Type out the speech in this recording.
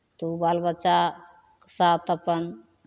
तऽ ओ बाल बच्चाक साथ अपन